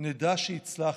נדע שהצלחנו,